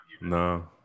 No